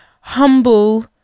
humble